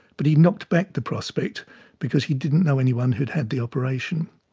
but he knocked back the prospect because he didn't know anyone who'd had the operation.